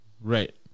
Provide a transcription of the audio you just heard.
right